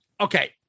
okay